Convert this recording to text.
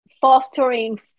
fostering